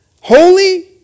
holy